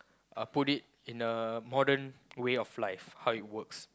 uh put it in a modern way of life how it works